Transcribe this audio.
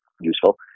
useful